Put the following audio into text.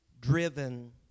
driven